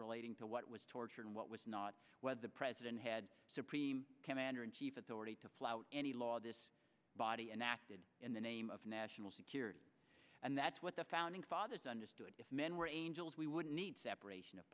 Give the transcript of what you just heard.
relating to what was torture and what was not whether the president had supreme commander in chief at the ready to flout any law this body enacted in the name of national security and that's what the founding fathers understood if men were angels we would need separation of